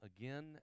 again